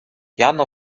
jano